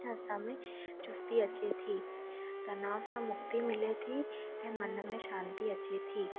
ऐं असां में चुस्ती अचे थी तनाव सां मुक्ति मिले थी ऐं मन में शांती अचे थी